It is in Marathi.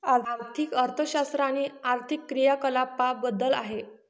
आर्थिक अर्थशास्त्र आर्थिक क्रियाकलापांबद्दल आहे